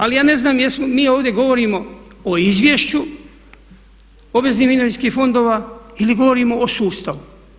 Ali ja ne znam jesmo, mi ovdje govorimo o izvješću obveznih mirovinskih fondova ili govorimo o sustavu.